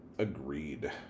Agreed